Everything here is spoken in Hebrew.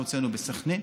הוצאנו בסח'נין,